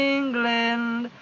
England